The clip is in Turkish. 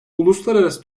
uluslararası